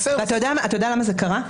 אתה יודע למה זה קרה?